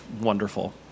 Wonderful